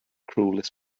cruellest